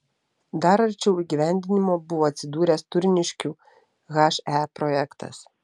dar arčiau įgyvendinimo buvo atsidūręs turniškių he projektas